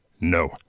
No